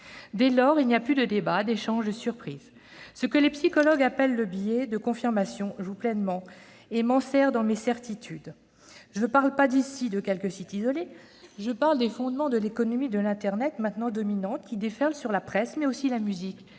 Dès lors, il n'y a plus de débat, plus d'échange, plus de surprise : ce que les psychologues appellent le « biais de confirmation » joue pleinement et m'enserre dans mes certitudes. Je ne parle pas ici de quelques sites isolés, mais des fondements mêmes de l'économie de l'internet, désormais dominante, qui déferle sur la presse, mais aussi sur la musique,